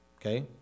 okay